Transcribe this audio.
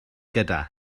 gyda